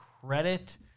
credit